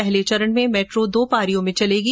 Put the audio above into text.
पहले चरण में मैट्रो दो पारियों में चलेगी